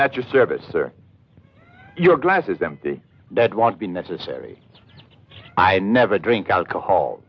at your service or your glass is empty that won't be necessary i never drink alcohol